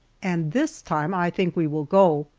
and this time i think we will go,